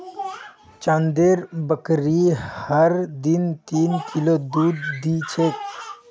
चंदनेर बकरी हर दिन तीन किलो दूध दी छेक